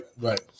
right